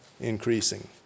increasing